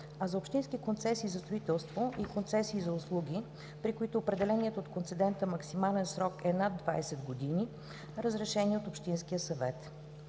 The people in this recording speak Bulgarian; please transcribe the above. а за общински концесии за строителство и концесии за услуги, при които определеният от концедента максимален срок е над 20 години – разрешение от общинския съвет.